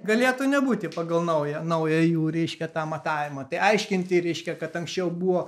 galėtų nebūti pagal naują naują jų reiškia tą matavimą tai aiškinti reiškia kad anksčiau buvo